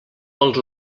pels